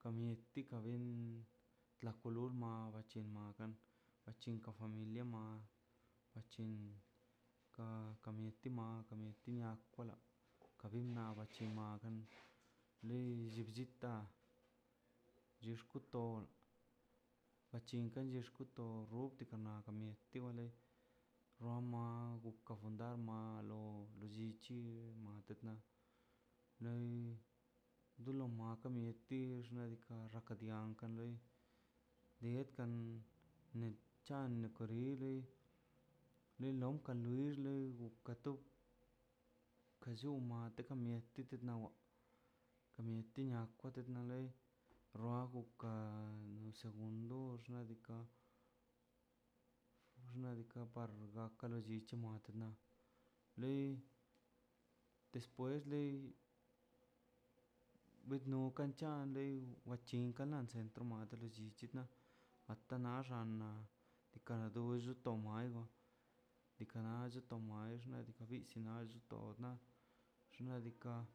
ka mieti ka bel tlacolul ma ne chenogan a chinco familia gama a chinkan ka mieti ma kamieti nakwo la ka mie cha kabin ma agan lellitan lex kuto wachinka le xkuto ruptikana mieti wa le rama rontu kuta ma lo llichi matetna loi dolo mata mietix nadika raka dian kan loi deedkan na chan na korili le laonkan rixli ukato ka llon ma kato mieti towa ka mieti law ka mi laloi ruago ka unsegundox nadika nadika par gaka ka lo chi iche mato na lei despues lei bed le ka chan wei ka tingana sed troma lo llichile ata naxan na dikara dull tomaibo dika nall tomai xnadika bill to xnall tod na xna' diika'